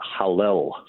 Hallel